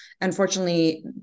Unfortunately